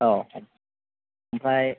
औ आमफाय